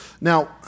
Now